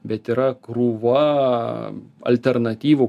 bet yra krūva alternatyvų